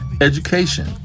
education